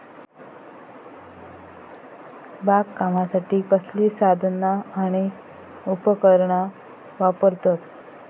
बागकामासाठी कसली साधना आणि उपकरणा वापरतत?